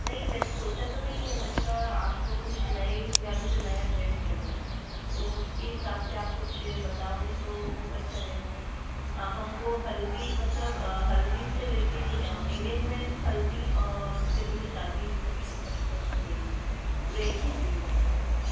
नहीं वैसे कुछ सोचा तो नहीं है मैंने कहा आपको कुछ नए इसमें अभी जो नया ट्रेंड चल रहा है तो उसके से आप कुछ बताओगे तो अच्छा रहेगा हमको हल्दी मतलब हल्दी से लेकर एंगेजमेंट हल्दी आल से लेकर शादी रिसेप्शन तक सब चाहिए था पूरा एक ही इसमें बुक करवाना है